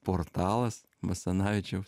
portalas basanavičiaus